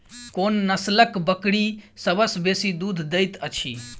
कोन नसलक बकरी सबसँ बेसी दूध देइत अछि?